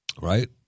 Right